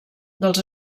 dels